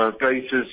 Cases